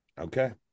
Okay